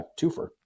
twofer